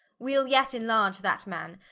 wee'l yet inlarge that man,